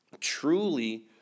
truly